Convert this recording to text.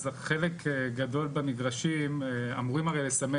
אז חלק גדול במגרשים אמורים הרי לסמן